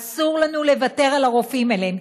אסור לנו לוותר על הרופאים האלה.